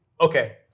Okay